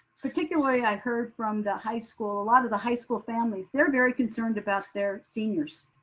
particularly i heard from the high school, a lot of the high school families, they're very concerned about their seniors.